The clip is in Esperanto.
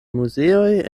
muzeoj